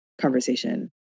conversation